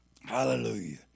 Hallelujah